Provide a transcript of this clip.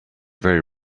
very